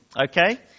Okay